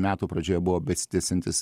metų pradžioje buvo besitęsiantis